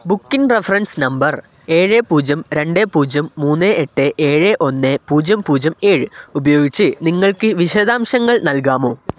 booking reference number ഏഴ് പൂജ്യം രണ്ട് പൂജ്യം മൂന്ന് എട്ട് ഏഴ് ഒന്ന് പൂജ്യം പൂജ്യം ഏഴ് ഉപയോഗിച്ച് നിങ്ങൾക്കു വിശദാംശങ്ങൾ നൽകാമോ